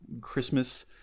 Christmas